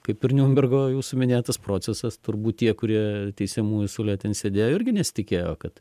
kaip ir niunbergo jūsų minėtas procesas turbūt tie kurie teisiamųjų suole sėdėjo irgi nesitikėjo kad